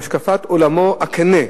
מהשקפת עולמו הכנה,